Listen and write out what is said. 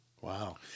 Wow